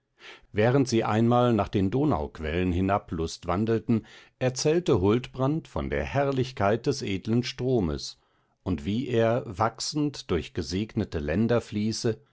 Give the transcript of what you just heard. während sie einmal nach den donauquellen hinab lustwandelten erzählte huldbrand von der herrlichkeit des edlen stromes und wie er wachsend durch gesegnete länder fließe